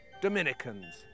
Dominicans